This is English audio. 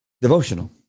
Devotional